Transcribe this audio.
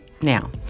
Now